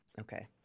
Okay